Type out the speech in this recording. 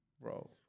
Bro